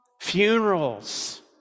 funerals